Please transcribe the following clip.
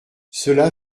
cela